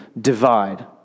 divide